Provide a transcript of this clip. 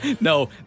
No